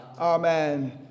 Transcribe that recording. amen